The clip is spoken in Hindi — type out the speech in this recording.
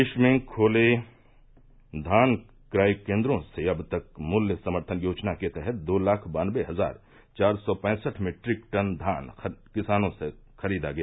प्रदेश में खोले धान क्रय केन्द्रों से अब तक मूल्य समर्थन योजना के तहत दो लाख बान्नवे हजार चार सौ पैंसठ मीट्रिक टन धान किसानों से खरीदा गया